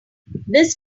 this